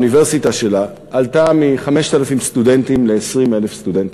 האוניברסיטה שלה עלתה מ-5,000 סטודנטים ל-20,000 סטודנטים,